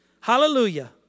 Hallelujah